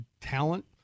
talent